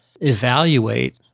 evaluate